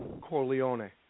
Corleone